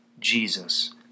Jesus